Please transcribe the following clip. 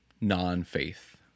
non-faith